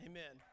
Amen